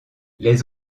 les